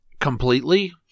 completely